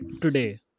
today